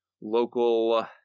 Local